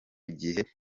gihe